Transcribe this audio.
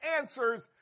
answers